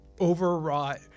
overwrought